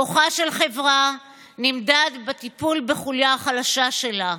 כוחה של חברה נמדד בטיפול בחוליה החלשה שלה.